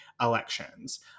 elections